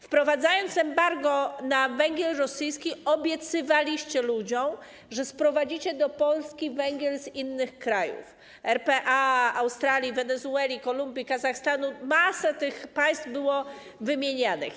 Wprowadzając embargo na węgiel rosyjski, obiecywaliście ludziom, że sprowadzicie do Polski węgiel z innych krajów: RPA, Australii, Wenezueli, Kolumbii, Kazachstanu, masa tych państw była wymieniana.